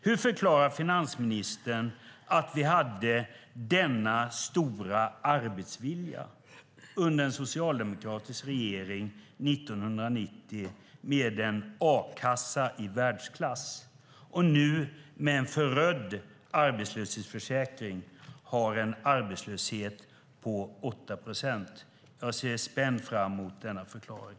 Hur förklarar finansministern att vi hade denna stora arbetsvilja under en socialdemokratisk regering 1990 med en a-kassa i världsklass och nu med en förödd arbetslöshetsförsäkring har en arbetslöshet på 8 procent? Jag ser spänt fram mot denna förklaring.